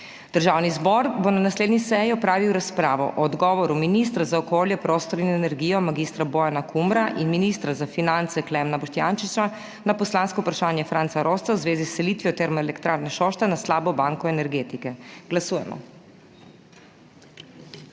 Državni zbor bo na naslednji seji opravil razpravo o odgovoru ministra za okolje, prostor in energijo mag. Bojana Kumra in ministra za finance Klemna Boštjančiča na poslansko vprašanje Franca Rosca v zvezi s selitvijo Termoelektrarne Šoštanj na slabo banko energetike. Glasujemo.